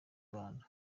rwanda